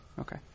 Okay